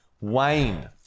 Wayne